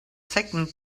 second